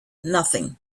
nothing